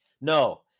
no